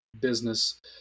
business